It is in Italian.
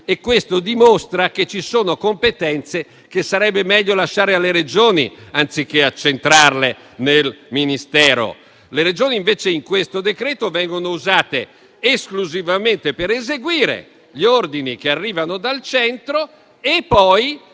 questo dimostra che ci sono competenze che sarebbe meglio lasciare alle Regioni, anziché accentrarle nel Ministero. Nel decreto-legge in esame, invece, le Regioni vengono usate esclusivamente per eseguire gli ordini che arrivano dal centro e poi,